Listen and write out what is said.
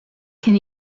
can